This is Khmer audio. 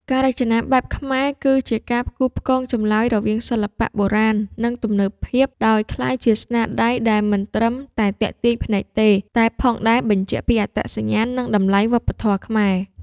ការរចនាបែបខ្មែរ គឺជាការផ្គូផ្គងចម្លើយរវាងសិល្បៈបុរាណ និងទំនើបភាព ដោយក្លាយជាស្នាដៃដែលមិនត្រឹមតែទាក់ទាញភ្នែកទេ តែផងដែរ បញ្ជាក់ពីអត្តសញ្ញាណ និងតម្លៃវប្បធម៌ខ្មែរ។